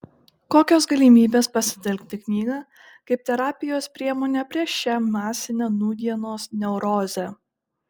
kokios galimybės pasitelkti knygą kaip terapijos priemonę prieš šią masinę nūdienos neurozę